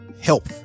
help